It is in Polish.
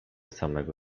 samego